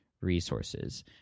resources